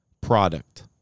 product